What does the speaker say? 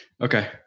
Okay